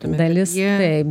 dalis taip